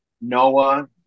Noah